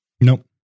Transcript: Nope